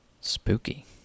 Spooky